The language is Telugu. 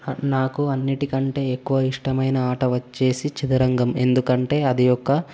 నాకు అన్నింటికంటే ఎక్కువ ఇష్టమైన ఆట వచ్చి చదరంగం ఎందుకంటే అది ఒక